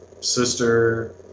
sister